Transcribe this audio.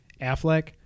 Affleck